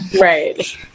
Right